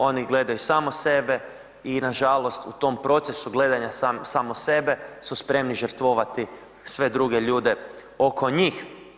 Oni gledaju samo sebe i nažalost u tom procesu gledanja samo sebe su spremni žrtvovati sve druge ljude oko njih.